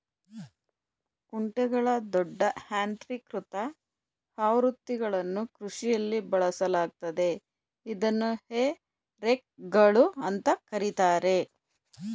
ಕುಂಟೆಗಳ ದೊಡ್ಡ ಯಾಂತ್ರೀಕೃತ ಆವೃತ್ತಿಗಳನ್ನು ಕೃಷಿಯಲ್ಲಿ ಬಳಸಲಾಗ್ತದೆ ಇದನ್ನು ಹೇ ರೇಕ್ಗಳು ಅಂತ ಕರೀತಾರೆ